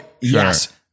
Yes